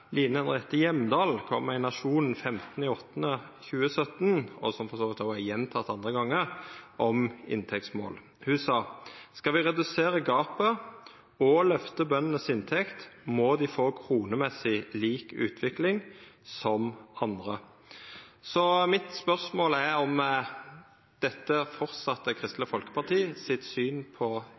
Line Henriette Hjemdal kom med i Nationen den 15. august 2017, og som for så vidt òg har vore gjenteke mange gonger – om inntektsmål. Ho sa at «skal vi redusere gapet og løfte bøndenes inntekt må de få kronemessig lik utvikling som andre». Mitt spørsmål er om dette framleis er Kristeleg Folkeparti sitt syn på